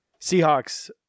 Seahawks